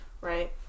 Right